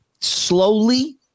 slowly